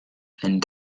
and